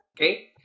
Okay